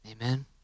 amen